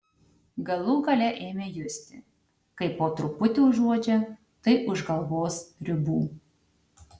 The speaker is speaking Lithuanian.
galų gale ėmė justi kaip po truputį užuodžia tai už galvos ribų